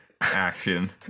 action